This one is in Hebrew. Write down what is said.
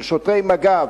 של שוטרי מג"ב,